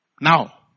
Now